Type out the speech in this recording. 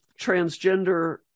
transgender